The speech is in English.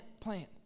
plant